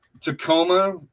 Tacoma